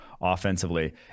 offensively